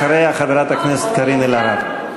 אחריה, חברת הכנסת קארין אלהרר.